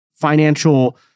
financial